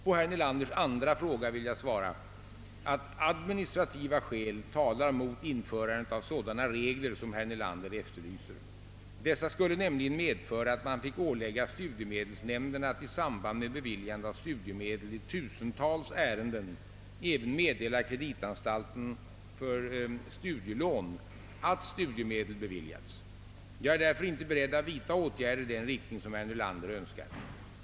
På herr Nelanders andra fråga vill jag svara, att administrativa skäl talar mot införandet av sådana regler som herr Nelander efterlyser. Dessa skulle nämligen medföra, att man fick ålägga studiemedelsnämnderna att i samband med beviljande av studiemedel i tusentals ärenden även meddela kreditanstalten för studielån att studiemedel beviljats. Jag är därför inte beredd att vidta åtgärder i den riktning som herr Nelander önskar.